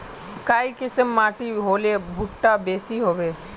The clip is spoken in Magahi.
काई किसम माटी होले भुट्टा बेसी होबे?